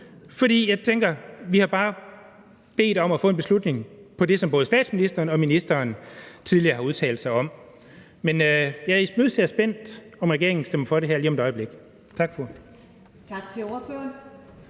For jeg tænker, at vi bare har bedt om at få vedtaget et beslutningsforslag om det, som både statsministeren og undervisningsministeren tidligere har udtalt sig om. Men jeg imødeser spændt, om regeringen stemmer for det her lige om et øjeblik. Tak.